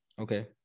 Okay